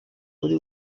kuri